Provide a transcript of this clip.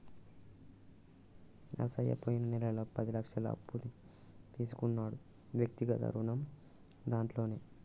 నరసయ్య పోయిన నెలలో పది లక్షల అప్పు తీసుకున్నాడు వ్యక్తిగత రుణం దాంట్లోనే